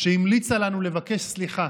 שהמליצה לנו לבקש סליחה.